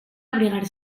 abrigar